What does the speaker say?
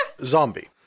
Zombie